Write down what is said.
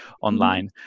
online